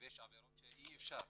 ויש עבירות שאי אפשר.